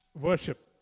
worship